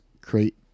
create